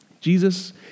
Jesus